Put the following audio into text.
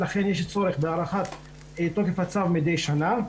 לכן יש צורך בהארכת תוקף הצו מידי שנה.